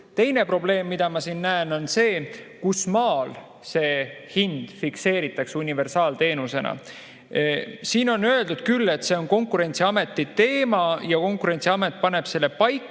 kurb. Teine probleem, mida ma siin näen, on see, kus maal see hind fikseeritakse universaalteenuse puhul. Siin on öeldud küll, et see on Konkurentsiameti teema, Konkurentsiamet paneb selle paika,